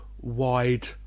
wide